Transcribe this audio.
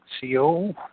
C-O